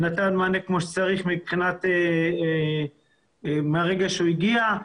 נתן מענה כמו שצריך מהרגע שהוא הגיע,